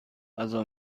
غذا